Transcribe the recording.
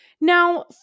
Now